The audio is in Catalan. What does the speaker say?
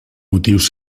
motius